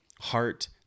heart